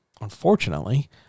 unfortunately